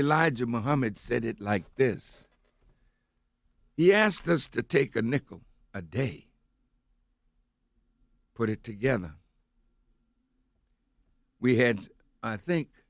elijah muhammad said it like this he asked us to take a nickel a day put it together we had i think